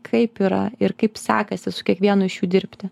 kaip yra ir kaip sekasi su kiekvienu iš jų dirbti